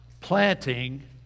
planting